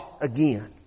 again